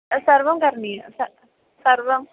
सर्वं करणीयं स सर्वम्